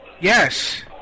Yes